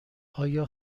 آیا